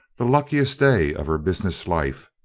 the luckiest day of her business life,